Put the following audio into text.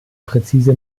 präzise